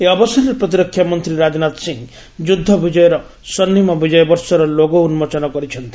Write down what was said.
ଏହି ଅବସରରେ ପ୍ରତିରକ୍ଷା ମନ୍ତ୍ରୀ ରାଜନାଥ ସିଂହ ଯୁଦ୍ଧ ବିଜୟର 'ସ୍ୱର୍ଣ୍ଣିମ ବିଜୟ ବର୍ଷ'ର ଲୋଗୋ ଉନ୍ଜୋଚନ କରିଛନ୍ତି